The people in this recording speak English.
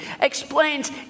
explains